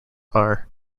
are